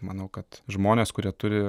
manau kad žmonės kurie turi